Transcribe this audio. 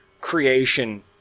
creation